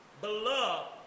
Beloved